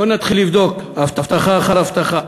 בואו נתחיל לבדוק הבטחה אחר הבטחה.